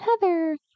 Heather